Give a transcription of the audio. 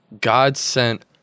God-sent